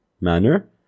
manner